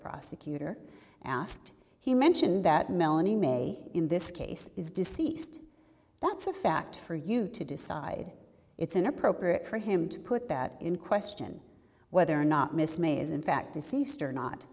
prosecutor asked he mentioned that melanie may in this case is deceased that's a fact for you to decide it's inappropriate for him to put that in question whether or not miss me is in fact deceased or not